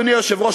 אדוני היושב-ראש,